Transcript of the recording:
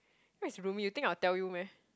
what is roomie you think I will tell you meh